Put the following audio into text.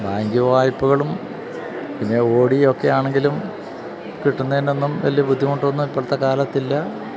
bank വായ്പകളും പിന്നെ O D ഒക്കെയാണെങ്കിലും കിട്ടുന്നതിനൊന്നും വലിയ ബുദ്ധിമുട്ടൊന്നും ഇപ്പോഴത്തെക്കാലത്തില്ല